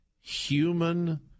human